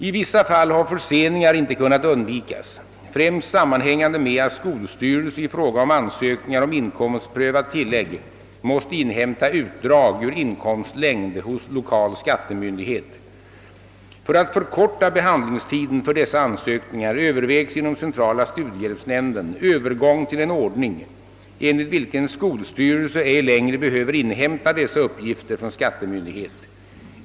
I vissa fall har förseningar inte kunnat undvikas, främst sammanhängande med att skolstyrelse i fråga om ansökningar om inkomstprövat tillägg måste inhämta utdrag ur inkomstlängd hos lokal skattemyndighet. För att förkorta behandlingstiden för dessa ansökningar övervägs inom centrala studiehjälpsnämnden övergång till en ordning enligt vilken skolstyrelse ej längre behöver inhämta dessa uppgifter från skattemyndighet.